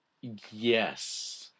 Yes